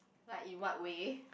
like in what way